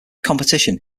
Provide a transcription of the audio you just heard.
competition